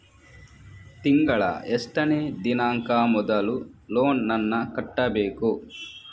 ತಿಂಗಳ ಎಷ್ಟನೇ ದಿನಾಂಕ ಮೊದಲು ಲೋನ್ ನನ್ನ ಕಟ್ಟಬೇಕು?